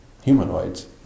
humanoids